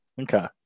Okay